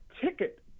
ticket